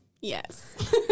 Yes